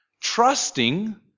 trusting